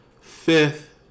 fifth